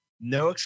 no